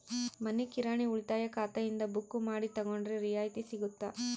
ಮನಿ ಕಿರಾಣಿ ಉಳಿತಾಯ ಖಾತೆಯಿಂದ ಬುಕ್ಕು ಮಾಡಿ ತಗೊಂಡರೆ ರಿಯಾಯಿತಿ ಸಿಗುತ್ತಾ?